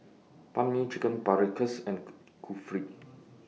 Banh MI Chicken Paprikas and Kulfi